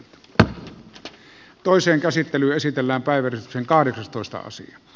tämän toisen käsittely esitellään päivitys on kahdeksastoista sija